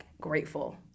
grateful